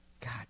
god